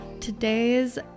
Today's